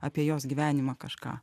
apie jos gyvenimą kažką